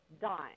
dying